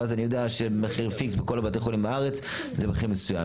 ואז אני יודע שמחיר הפיקס בכל בתי החולים בארץ הוא מחיר מסוים.